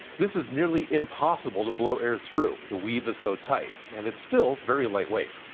this is nearly impossible to blow air through. the weave is so tight, and it's still very lightweight.